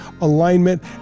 alignment